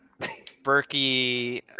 Berkey